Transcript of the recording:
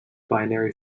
binary